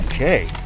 Okay